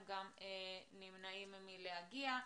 הם גם נמנעים מלהגיע.